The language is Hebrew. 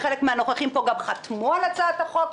וגם חלק מהנוכחים פה חתמו על הצעת החוק,